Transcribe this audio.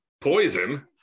Poison